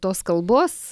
tos kalbos